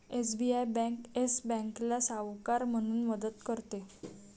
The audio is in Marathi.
एस.बी.आय बँक येस बँकेला सावकार म्हणून मदत करते